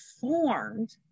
formed